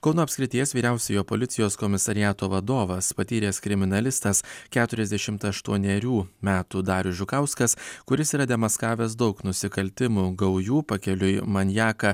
kauno apskrities vyriausiojo policijos komisariato vadovas patyręs kriminalistas keturiasdešimt aštuonerių metų darius žukauskas kuris yra demaskavęs daug nusikaltimų gaujų pakeliui maniaką